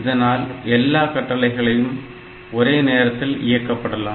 இதனால் எல்லாக் கட்டளைகளையும் ஒரே நேரத்தில் இயக்கப்படலாம்